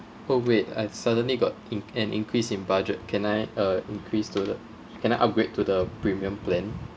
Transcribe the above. oh wait I suddenly got in an increase in budget can I uh increase to the can I upgrade to the premium plan